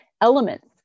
Elements